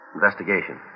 Investigation